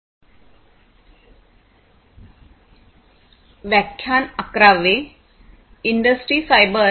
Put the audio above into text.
या मॉड्यूलमध्ये आपण इंडस्ट्री 4